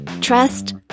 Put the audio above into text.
trust